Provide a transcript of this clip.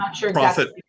Profit